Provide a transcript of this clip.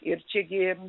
ir čia gi